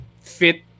fit